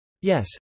Yes